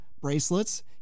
bracelets